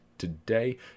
Today